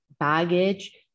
baggage